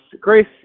grace